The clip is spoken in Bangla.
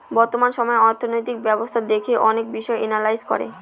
বর্তমান সময়ে অর্থনৈতিক ব্যবস্থা দেখে অনেক বিষয় এনালাইজ করে